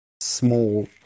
small